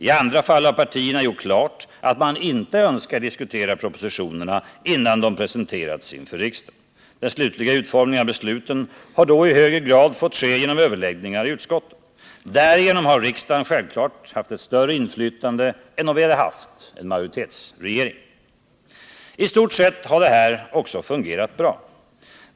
I andra fall har partierna gjort klart att man inte önskar diskutera propositionerna innan de presenterats inför riksdagen. Den slutliga utformningen av besluten har då i högre grad fått ske genom överläggningar i utskotten. Därigenom har riksdagen självfallet haft ett större inflytande än om vi hade haft en majoritetsregering. I stort sett har det här också fungerat bra.